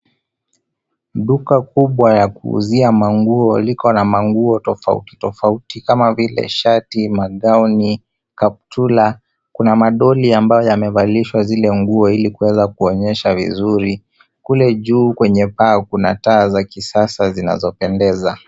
Duka kubwa la kuuzia manguo liko na manguo tofauti tofauti kama vile shati, magauni, kuna madoli ambayo yamevalishwa zile nguo ili kuweza kuonyeshwa vizuri. Kule juu kuna taa za kisasa zinazopendeza.